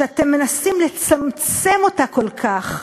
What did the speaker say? שאתם מנסים לצמצם אותה כל כך,